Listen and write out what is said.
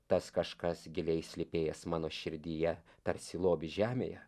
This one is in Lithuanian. tas kažkas giliai slypėjęs mano širdyje tarsi lobis žemėje